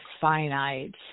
finite